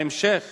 בהמשך